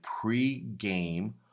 pre-game